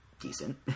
decent